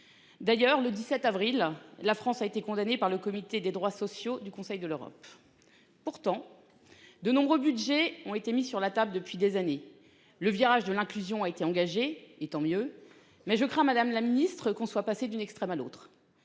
D'ailleurs le 17 avril. La France a été condamnée par le comité des droits sociaux du Conseil de l'Europe. Pourtant. De nombreux Budgets ont été mis sur la table depuis des années le virage de l'inclusion a été engagée et tant mieux mais je crois Madame la Ministre qu'on soit passé d'une extrême à l'autre.